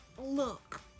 Look